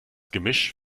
gemisch